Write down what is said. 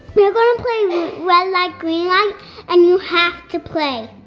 we're gonna and play red light, green light and you have to play.